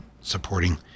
supporting